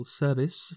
service